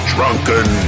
Drunken